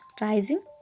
rising